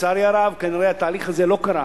לצערי הרב, כנראה התהליך הזה לא קרה